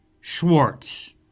Schwartz